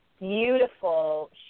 beautiful